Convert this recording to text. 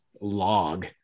log